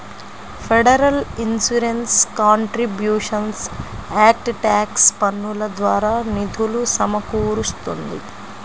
federal insurance contributions act tax పన్నుల ద్వారా నిధులు సమకూరుస్తుంది